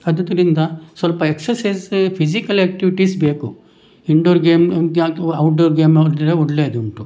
ಆದ್ದರಿಂದ ಸ್ವಲ್ಪ exercise physical activities ಬೇಕು ಇಂಡೋರ್ ಗೇಮ್ ಮುಖ್ಯ ಹಾಗು ಔಟ್ ಡೋರ್ ಗೇಮ್ ಆಡಿದರೆ ಒಳ್ಳೇದುಂಟು